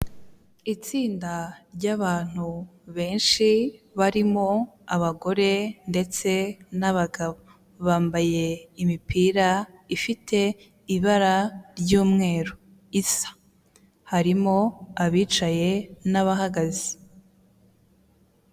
Itsinda ry'abantu benshi barimo abagore ndetse n'abagabo. Bambaye imipira ifite ibara ry'umweru isa, harimo abicaye n'abahagaze.